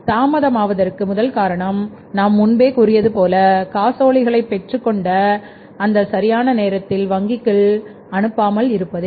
தாமதமாவதற்கு முதல் காரணம் நாம் முன்பே கூறியதுபோல காசோலையைப் பெற்றுக்கொண்ட அதை சரியான நேரத்தில் வங்கிக்கு அனுப்பாமல் வைத்திருப்பதே